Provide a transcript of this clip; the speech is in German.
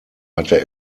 hatte